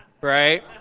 right